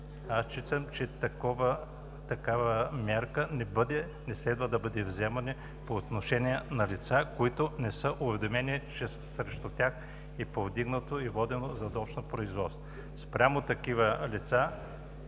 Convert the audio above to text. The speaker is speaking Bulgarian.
аз считам, че такава мярка не следва да бъде вземана по отношение на лица, които не са уведомени, че срещу тях е повдигнато и водено задочно производство. Спрямо такива лица